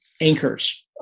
anchors